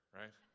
right